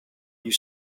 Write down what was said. you